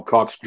Cox